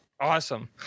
Awesome